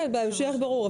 ברור.